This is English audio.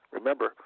Remember